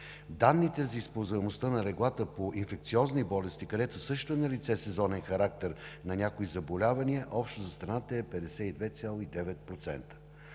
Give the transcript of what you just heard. Данните за използваемостта на леглата по инфекциозни болести, където също е налице сезонен характер на някои заболявания, общо за страната е 52,9%.